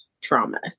trauma